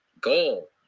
goal